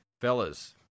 Fellas